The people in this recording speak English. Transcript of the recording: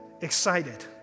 excited